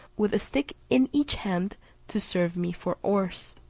with a stick in each hand to serve me for oars.